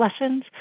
lessons